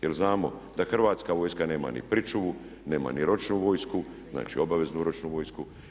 Jer znamo da Hrvatska vojska nema ni pričuvu, nema ni ročnu vojsku, znači obaveznu ročnu vojsku.